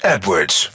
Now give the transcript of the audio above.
Edwards